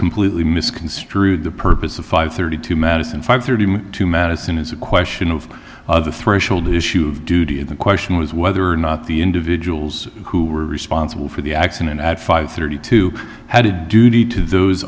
completely misconstrued the purpose of five thirty two madison five thirty two madison is a question of of the threshold issue of duty and the question was whether or not the individuals who were responsible for the accident at five thirty two had a duty to those